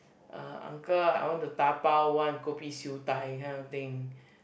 uh uncle ah I want to dabao one kopi siew-dai that kind of thing